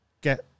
get